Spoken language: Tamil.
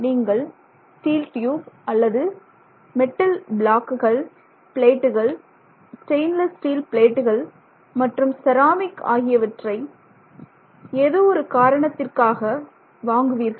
நீங்கள் ஸ்டீல் டியூப் அல்லது மெட்டல் பிளாக்குகள் பிளேட்டுகள் ஸ்டெயின்லெஸ் ஸ்டீல் பிளேட்டுகள் மற்றும் செராமிக் ஆகியவற்றை எதோ ஒரு காரணங்களுக்காக வாங்குவீர்கள்